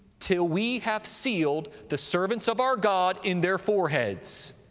till we have sealed the servants of our god in their foreheads.